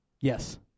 Yes